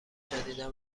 جدیدا